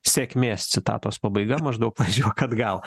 sėkmės citatos pabaiga maždaug važiuok atgal